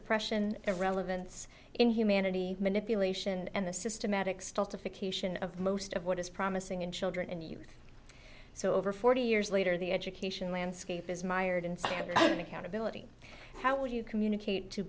oppression irrelevance inhumanity manipulation and the systematic style to fixation of most of what is promising in children and you so over forty years later the education landscape is mired in such an accountability how would you communicate to